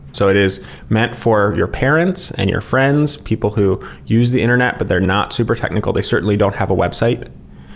so it is meant for your parents and your friends, people who use the internet but they're not super technical. they certainly don't have a website,